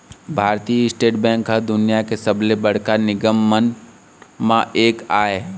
भारतीय State Bank ह दुनिया के सबले बड़का निगम मन म एक आय